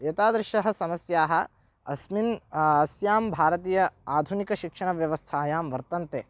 एतादृशः समस्याः अस्मिन् अस्यां भारतीय आधुनिकशिक्षणव्यवस्थायां वर्तन्ते